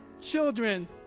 children